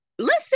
Listen